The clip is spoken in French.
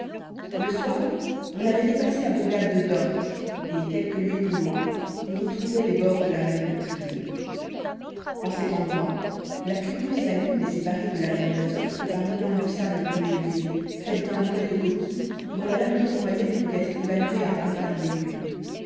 le soir on avait dépassé la bourgade de dorte et quelques lieues plus loin on retrouvait les bords de la mer putride en cet endroit la curieuse lagune n'est séparée de la mer d'azof que par une langue de sable peu élevée faite d'un bourrelet de coquilles dont la largeur moyenne peut être évaluée à un quart de lieue